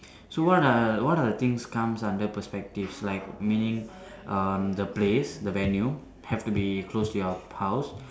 so what are what are the things come under perspectives like meaning um the place the venue have to be close to your house